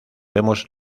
vemos